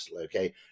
okay